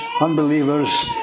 unbelievers